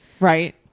right